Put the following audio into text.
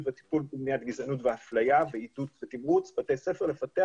והטיפול במניעת גזענות ואפליה ועידוד ותמרוץ בתי ספר לפתח